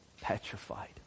petrified